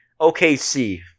OKC